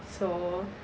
so